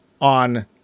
on